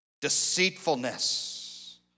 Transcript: deceitfulness